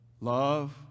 love